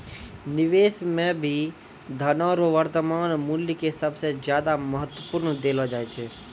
निवेश मे भी धनो रो वर्तमान मूल्य के सबसे ज्यादा महत्व देलो जाय छै